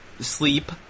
sleep